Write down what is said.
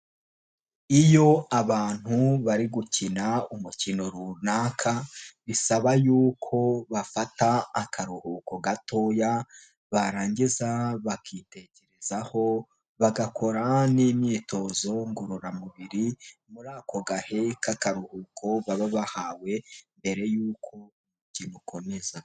Iyo abantu bari gukina umukino runaka, bisaba y'uko bafata akaruhuko gatoya, barangiza bakitekerezaho, bagakora n'imyitozo ngororamubiri, muri ako gahe k'akaruhuko baba bahawe mbere y'uko bagiye gukomeza.